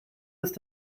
ist